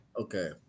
okay